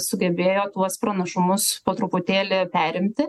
sugebėjo tuos pranašumus po truputėlį perimti